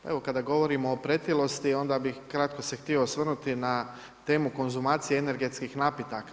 Pa evo kada govorimo o pretilosti onda bih kratko se htio osvrnuti na temu konzumacije energetskih napitaka.